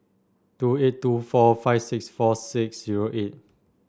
two eight two four five six four six zero eight